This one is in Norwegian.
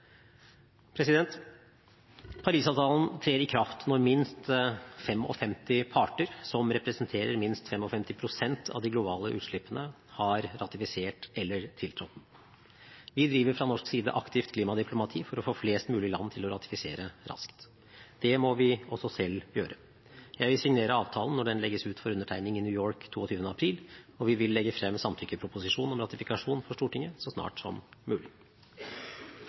trer i kraft når minst 55 parter, som representerer minst 55 pst. av de globale utslippene, har ratifisert eller tiltrådt den. Vi driver fra norsk side aktivt klimadiplomati for å få flest mulig land til å ratifisere raskt. Det må vi også selv gjøre. Jeg vil signere avtalen når den legges ut for undertegning i New York 22. april, og vi vil legge frem samtykkeproposisjon om ratifikasjon for Stortinget så snart som mulig.